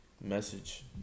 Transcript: message